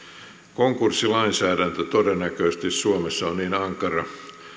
konkurssilainsäädäntö todennäköisesti suomessa on niin ankara